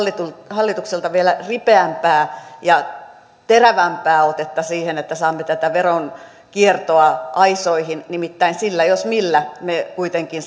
hallitukselta vielä ripeämpää ja terävämpää otetta siihen että saamme tätä veronkiertoa aisoihin nimittäin sillä jos millä me kuitenkin